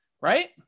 right